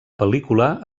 pel·lícula